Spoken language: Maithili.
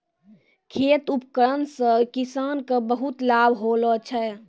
खेत उपकरण से किसान के बहुत लाभ होलो छै